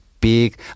big